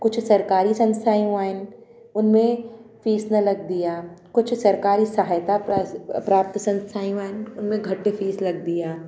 कुझु सरकारी संस्थायूं आहिनि उन में फीस न लॻंदी आहे कुझु सरकारी सहायता प्रस प्राप्त संस्थायूं आहिनि उन में घटि फीस लॻंदी आहे